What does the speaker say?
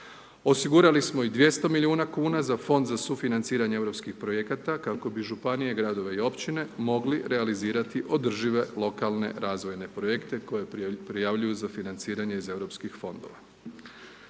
Osigurali smo i 200 milijuna kuna za Fond za sufinanciranje europskih projekata kako bi županije, gradove i općine mogli realizirati održive lokalne razvojne projekte koje prijavljuju za financiranje iz europskih fondova.